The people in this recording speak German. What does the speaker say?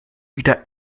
wieder